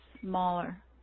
smaller